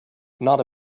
not